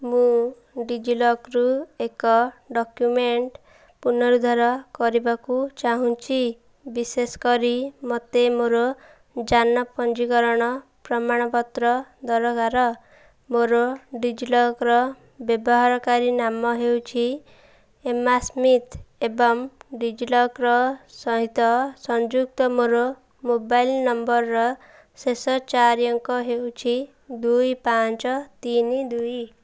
ମୁଁ ଡିଜିଲକର୍ରୁ ଏକ ଡକ୍ୟୁମେଣ୍ଟ୍ ପୁନରୁଦ୍ଧାର କରିବାକୁ ଚାହୁଁଛି ବିଶେଷ କରି ମୋତେ ମୋର ଯାନ ପଞ୍ଜୀକରଣ ପ୍ରମାଣପତ୍ର ଦରକାର ମୋର ଡିଜିଲକର୍ର ବ୍ୟବହାରକାରୀ ନାମ ହେଉଛି ଏମା ସ୍ମିଥ୍ ଏବଂ ଡିଜିଲକର୍ର ସହିତ ସଂଯୁକ୍ତ ମୋର ମୋବାଇଲ୍ ନମ୍ବର୍ର ଶେଷ ଚାରି ଅଙ୍କ ହେଉଛି ଦୁଇ ପାଞ୍ଚ ତିନି ଦୁଇ